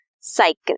cycle